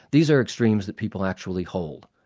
these are extremes that people actually hold.